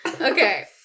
Okay